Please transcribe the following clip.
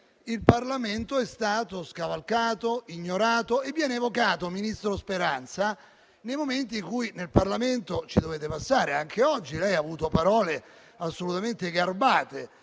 il Parlamento è stato scavalcato ed ignorato e viene evocato, ministro Speranza, nei momenti in cui nel Parlamento dovete passare. Anche oggi, lei ha avuto parole assolutamente garbate